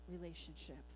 relationship